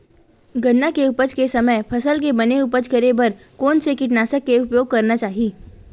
गन्ना के उपज के समय फसल के बने उपज बर कोन से कीटनाशक के उपयोग करना चाहि?